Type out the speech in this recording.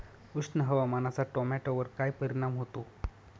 उष्ण हवामानाचा टोमॅटोवर काय परिणाम होतो?